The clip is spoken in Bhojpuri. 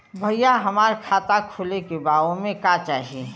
भईया हमार खाता खोले के बा ओमे का चाही?